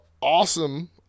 awesome